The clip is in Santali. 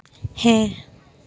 ᱦᱮᱸ